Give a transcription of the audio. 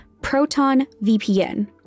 protonvpn